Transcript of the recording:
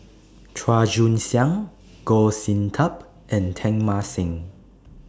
Chua Joon Siang Goh Sin Tub and Teng Mah Seng